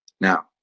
Now